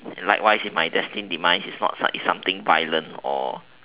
likewise if my destined demise is not it's something violent or